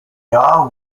jahr